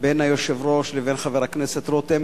בין היושב-ראש לבין חבר הכנסת רותם,